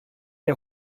der